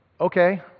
Okay